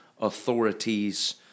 authorities